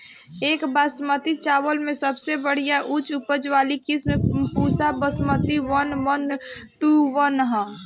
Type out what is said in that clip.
एक बासमती चावल में सबसे बढ़िया उच्च उपज वाली किस्म Pusa Basmati one one two one ह?